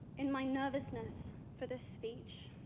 in my nervousness for this speech